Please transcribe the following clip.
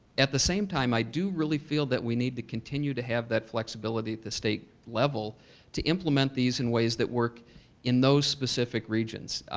at the same time i do really feel that we need to continue to have that flexibility at the state level to implement these in ways that work in those specific regions.